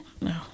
No